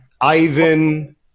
Ivan